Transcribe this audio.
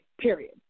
Period